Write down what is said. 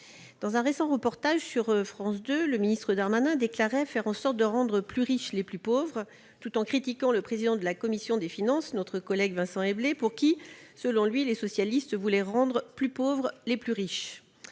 Dans un récent reportage diffusé sur France 2, le ministre Gérald Darmanin affirmait faire en sorte de « rendre plus riches les plus pauvres », et critiquait le président de la commission des finances, notre collègue Vincent Éblé, en affirmant que les socialistes voulaient « rendre plus pauvres les plus riches